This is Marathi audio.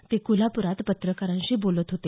ते कोल्हाप्रात पत्रकारांशी बोलत होते